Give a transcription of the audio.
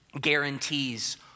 guarantees